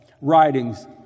writings